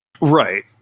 Right